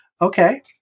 Okay